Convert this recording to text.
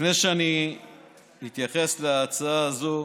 לפני שאני אתייחס להצעה הזאת,